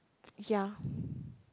ya